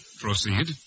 Proceed